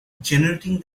generating